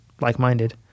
like-minded